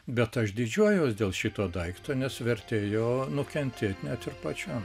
bet aš didžiuojuos dėl šito daikto nes vertėjo nukentėt net ir pačiam